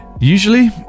usually